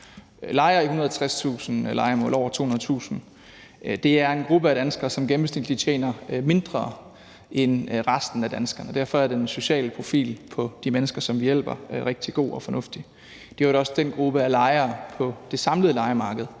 lejere i 160.000 lejemål, altså over 200.000 mennesker. Det er en gruppe af danskere, som gennemsnitligt tjener mindre end resten af danskerne, og derfor er det ud fra den sociale profil på de mennesker, som vi hjælper, rigtig godt og fornuftigt. Det er i øvrigt også den gruppe af lejere på det samlede lejemarked,